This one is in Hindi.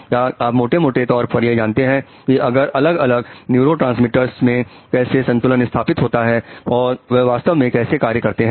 क्या आप मोटे मोटे तौर पर यह जानते हैं कि अलग अलग न्यूरोट्रांसमीटर्स में कैसे संतुलन स्थापित होता है और वह वास्तव में कैसे कार्य करते हैं